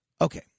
Okay